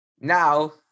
Now